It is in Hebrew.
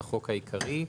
החוק העיקרי),